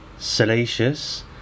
Salacious